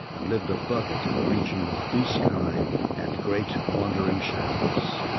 and lived above it in a region of blue sky and great wandering shadows.